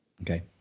Okay